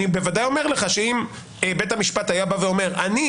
אני בוודאי אומר לך שאם בית המשפט היה בא ואומר שהוא